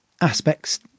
aspects